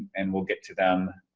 and we'll get to them